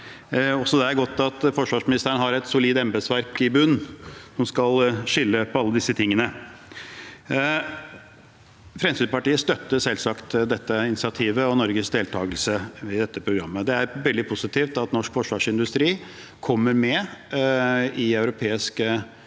Det er godt at forsvarsministeren har et solid embetsverk i bunnen, som skal skille alle disse tingene. Fremskrittspartiet støtter selvsagt dette initiativet og Norges deltakelse i programmet. Det er veldig positivt at norsk forsvarsindustri kommer med i